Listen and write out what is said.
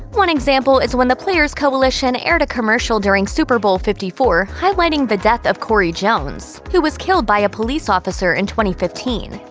one example is when the players coalition aired a commercial during super bowl fifty four highlighting the death of corey jones, who was killed by a police officer in two fifteen.